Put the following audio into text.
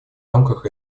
рамках